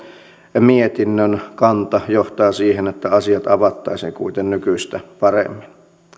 mietinnön kanta johtaa siihen että asiat avattaisiin kuitenkin nykyistä paremmin